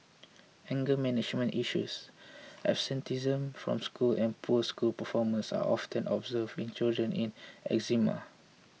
anger management issues absenteeism from school and poor school performance are often observed in children with eczema